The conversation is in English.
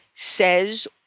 Says